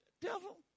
devil